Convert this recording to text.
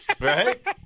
right